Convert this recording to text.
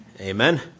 Amen